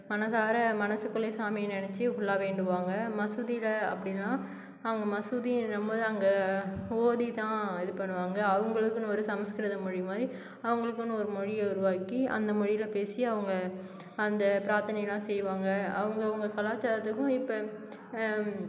மனசார மனசுக்குள்ளேயே சாமியை நெனைச்சி ஃபுல்லாக வேண்டுவாங்க மசூதியில் அப்படிதான் அவங்க மசூதின்னும்போது அங்கே ஓதிதான் இது பண்ணுவாங்க அவங்களுக்குனு ஒரு சமஸ்கிருத மொழி மாதிரி அவங்களுக்குன்னு ஒரு மொழியை உருவாக்கி அந்த மொழியில் பேசி அவங்க அந்த பிராத்தனையெல்லாம் செய்வாங்க அவங்க அவங்க கலாச்சாரத்துக்கும் இப்போ